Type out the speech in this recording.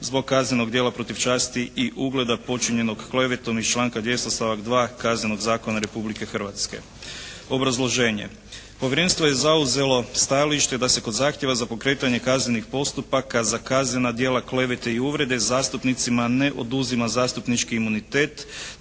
zbog kaznenog djela protiv časti i ugleda počinjenog klevetom iz članka 200. stavak 2. Kaznenog zakona Republike Hrvatske. Obrazloženje. Povjerenstvo je zauzelo stajalište da se kod zahtjeva za pokretanje kaznenih postupaka za kaznena djela klevete i uvrede zastupnicima ne oduzima zastupnički imunitet,